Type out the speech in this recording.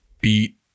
beat